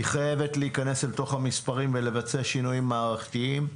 היא חייבת להיכנס לתוך המספרים ולבצע שינויים מערכתיים.